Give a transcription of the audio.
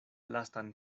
lastan